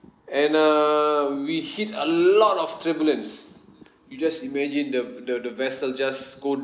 and err we hit a lot of turbulence you just imagine the the the vessel just go